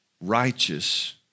righteous